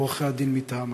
ועורכי-הדין מטעמה.